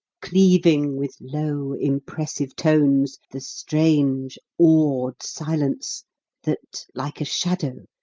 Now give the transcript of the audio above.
cleaving with low impressive tones the strange awed silence that, like a shadow,